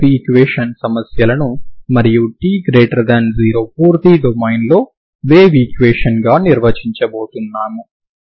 ఈ wave equation సమస్యలను మరియు t0 పూర్తి డొమైన్లో వేవ్ ఈక్వేషన్ గా నిర్వచించబోతున్నాము